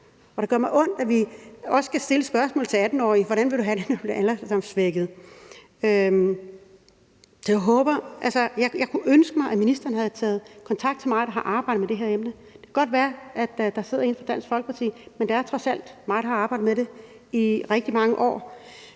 og det gør mig ondt, at vi også skal stille spørgsmålet til 18-årige: Hvordan vil du have det, når du bliver alderdomssvækket? Altså, jeg kunne ønske mig, at ministeren havde taget kontakt til mig, der har arbejdet med det her emne. Det kan godt være, at der sidder en fra Dansk Folkeparti, men det er trods alt mig, der har arbejdet med det i rigtig mange år.